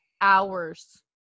hours